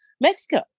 Mexico